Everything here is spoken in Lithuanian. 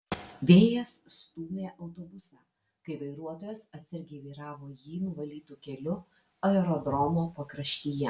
vėjas stūmė autobusą kai vairuotojas atsargiai vairavo jį nuvalytu keliu aerodromo pakraštyje